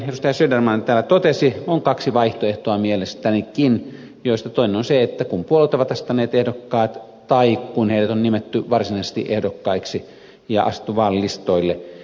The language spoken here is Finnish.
söderman täällä totesi on kaksi vaihtoehtoa joista toinen on se kun puolueet ovat asettaneet ehdokkaat ja toinen kun heidät on nimetty varsinaisesti ehdokkaiksi ja asetettu vaalilistoille